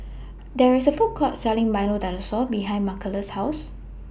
There IS A Food Court Selling Milo Dinosaur behind Marcellus' House